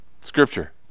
scripture